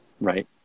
Right